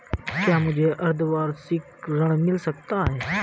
क्या मुझे अर्धवार्षिक ऋण मिल सकता है?